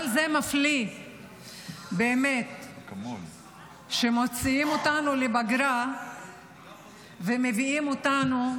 זה מפליא באמת שמוציאים אותנו לפגרה ומביאים אותנו